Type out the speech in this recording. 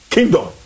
Kingdom